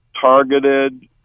targeted